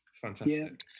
Fantastic